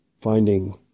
finding